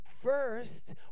First